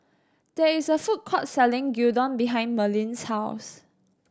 there is a food court selling Gyudon behind Merlene's house